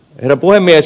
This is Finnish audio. herra puhemies